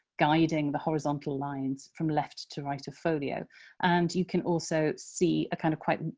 guiding the horizontal lines from left to right of folio and you can also see a kind of quite and